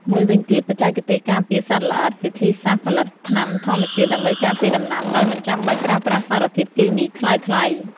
មួយវិញទៀតបច្ចេកទេសការពារសត្វល្អិត វិធីសាស្ត្រផលិតថ្នាំធម្មជាតិដើម្បីការពារដំណាំដោយមិនចាំបាច់ប្រើប្រាស់សារធាតុគីមីថ្លៃៗ។